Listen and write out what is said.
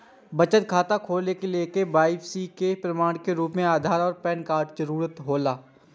बचत खाता खोले के लेल के.वाइ.सी के प्रमाण के रूप में आधार और पैन कार्ड के जरूरत हौला